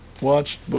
watched